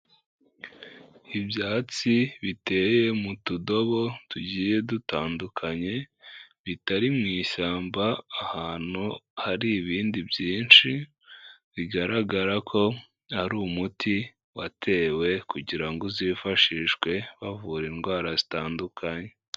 Inyubako zigaragara mu buryo bubiri, hari inyubako iri ruguru n'inyubako iri hepfo zitandukanye, hagati yazo harimo ikigega, izo nyubako zifite ubusitani, ubusitani bukaba bukikijwe n'indabo zitandukanye iz'umuhondo n'iz'icyatsi kibisi.